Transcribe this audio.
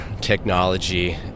technology